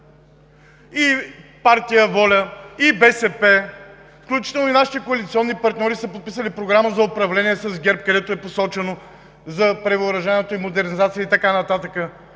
И партия ВОЛЯ, и БСП, включително и нашите коалиционни партньори са подписали Програма за управление с ГЕРБ, където е посочено – за превъоръжаване, модернизация и така нататък.